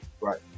Right